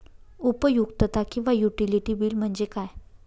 उपयुक्तता किंवा utility bill म्हणजे काय?